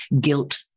guilt